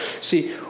See